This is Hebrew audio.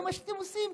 זה מה שאתם עושים.